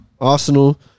Arsenal